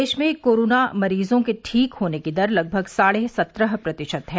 देश में कोरोना मरीजों के ठीक होने की दर लगभग साढ़े सत्रह प्रतिशत है